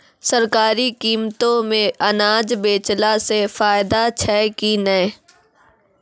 सरकारी कीमतों मे अनाज बेचला से फायदा छै कि नैय?